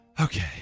Okay